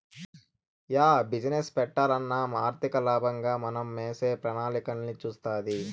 yeah business పెట్టాలన్నా ఆర్థికలాభం మనమేసే ప్రణాళికలన్నీ సూస్తాది